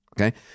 Okay